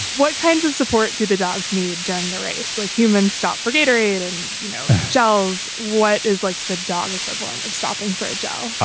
what kinds of support do the dogs need during the race? like humans stop for gatorade aid. and you know charles, what is like the dog equivalent of stopping for a job?